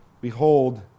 Behold